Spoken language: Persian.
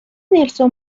نلسون